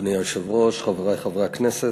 אדוני היושב-ראש, חברי חברי הכנסת,